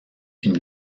une